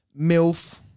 MILF